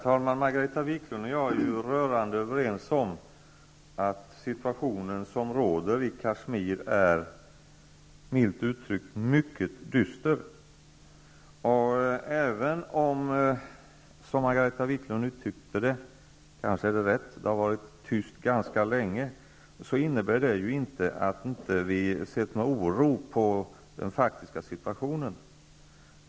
Herr talman! Margareta Viklund och jag är rörande överens om att den situation som råder i Kashmir är, milt uttryckt, mycket dyster. Även om det har varit ganska tyst ganska länge -- som Margareta Viklund sade, och kanske är det rätt -- innebär det inte att vi inte utan oro åsett den faktiska situationen.